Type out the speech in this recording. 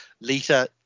lita